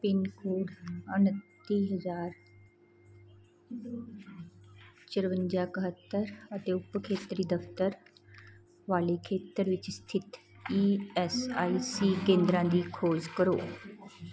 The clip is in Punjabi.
ਪਿੰਨ ਕੋਡ ਉਨੱਤੀ ਹਜ਼ਾਰ ਚੁਰੰਜਾ ਇਕਹੱਤਰ ਅਤੇ ਉਪ ਖੇਤਰੀ ਦਫ਼ਤਰ ਵਾਲੇ ਖੇਤਰ ਵਿੱਚ ਸਥਿਤ ਈ ਐਸ ਆਈ ਸੀ ਕੇਂਦਰਾਂ ਦੀ ਖੋਜ ਕਰੋ